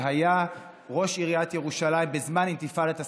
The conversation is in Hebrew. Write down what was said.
שהיה ראש עיריית ירושלים בזמן אינתיפאדת הסכינים,